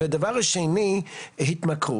הדבר השני התמכרות.